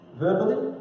verbally